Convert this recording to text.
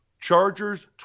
chargers